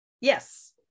yes